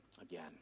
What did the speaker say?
again